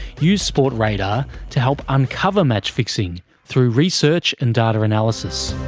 use sportradar to help uncover match fixing through research and data analysis.